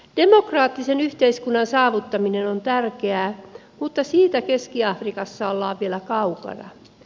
demokraattisen yhteiskunnan saavuttaminen on tärkeää mutta siitä keski afrikassa ollaan vielä kaukana